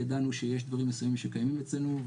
ידענו שיש דברים מסוימים שקיימים אצלנו,